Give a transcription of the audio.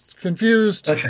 confused